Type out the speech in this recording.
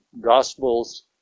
Gospels